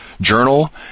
journal